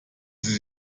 sie